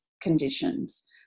conditions